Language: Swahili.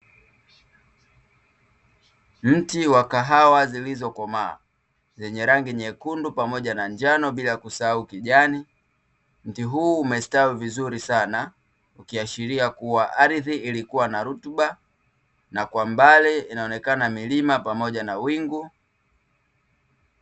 Mti wa kahawa zilizokomaa zenye rangi nyekundu pamoja na njano bila kusahau kijani. Mti huu umestawi vizuri sana ukiashiria kuwa ardhi ilikuwa na rutuba. Na kwa mbali inaonekana milima pamoja na wingu.